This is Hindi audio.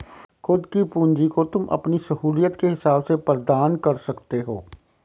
खुद की पूंजी को तुम अपनी सहूलियत के हिसाब से प्रदान कर सकते हो